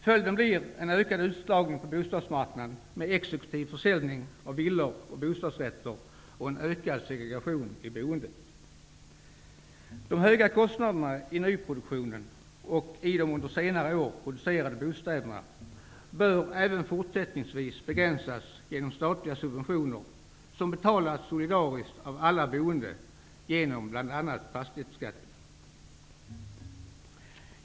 Följden blir en ökad utslagning på bostadsmarknaden med exekutiv försäljning av villor och bostadsrätter och en ökad segregation i boendet. De höga kostnaderna i nyproduktionen och i de under senare år producerade bostäderna bör även fortsättningsvis begränsas genom statliga subventioner som betalas solidariskt av alla boende genom bl.a. fastighetsskatten.